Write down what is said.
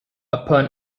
upon